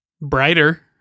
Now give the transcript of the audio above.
Brighter